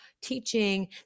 teaching